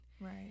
right